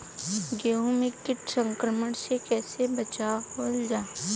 गेहूँ के कीट संक्रमण से कइसे बचावल जा?